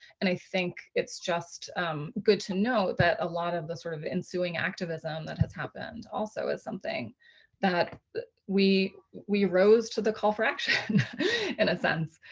and i think it's just good to know that a lot of the sort of ensuing activism that has happened also is something that we we rose to the call for action in a sense.